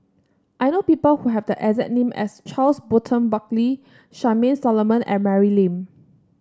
I know people who have the exact name as Charles Burton Buckley Charmaine Solomon and Mary Lim